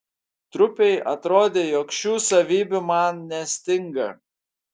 trupei atrodė jog šių savybių man nestinga